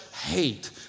hate